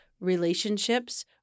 relationships